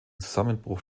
zusammenbruch